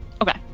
Okay